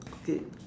okay